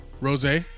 Rose